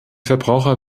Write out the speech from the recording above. verbraucher